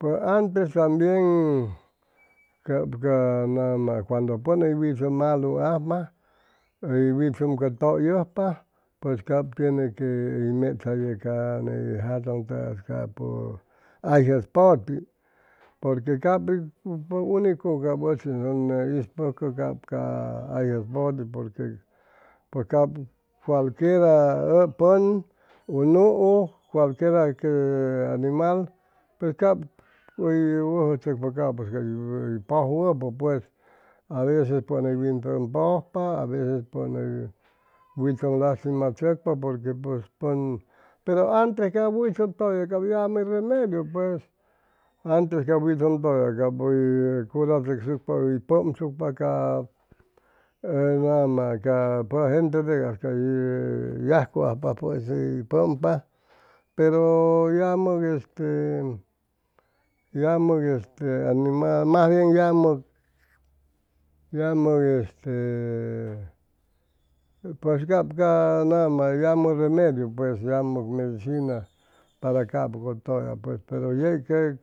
Pues antes tambien cap ca nama cuando pʉn hʉy witʉm maluajpa hʉy witʉn cʉtʉyʉjpa pues cap tiene que hʉy mechjayʉ ca ney jatʉŋ capu hay jʉspʉti porque cap pi unepʉg cap ʉchis ʉn ispʉcʉ ca hay jʉspʉti porque pues cap culquiera pʉn u nuu cualquiera que animal pues cap hʉy wʉjʉ tzʉcpa capʉ cay pʉjwʉpʉ pues aveces pʉn hʉy winpag pʉjpa aveces pʉn hʉy wintʉm lastimachʉcpa porque pues pʉn pero antes cap witʉm tʉye cap yamʉ hʉy remediu pues antes ca witʉm tʉya cap hʉy curachʉcsucpa y pʉmsucpa ca e nama ca gentetʉgay cay yajcuajpapʉis hʉy pʉmpa pero yamʉg este yamʉg yamʉg animal mas bien yamʉ yamʉg este pues cap ca nama yamʉ hʉy remediu pues yamʉ medicina para capʉ cʉtʉya pero yeg tey